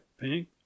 Pink